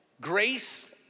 grace